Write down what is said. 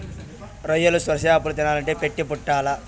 రొయ్యలు, సొరచేపలు తినాలంటే పెట్టి పుట్టాల్ల